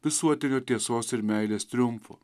visuotinio tiesos ir meilės triumfo